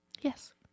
Yes